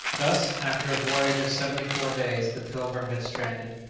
thus, after a voyage of seventy-four days, the pilgrim had stranded.